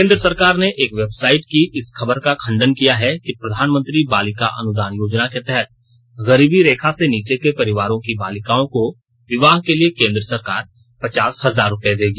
केन्द्र सरकार ने एक वेबसाइट की इस खबर का खंडन किया है कि प्रधानमंत्री बालिका अनुदान योजना के तहत गरीबी की रेखा से नीचे के परिवारों की बालिकाओं को विवाह के लिए केन्द्र सरकार पचास हजार रूपये देगी